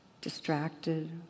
distracted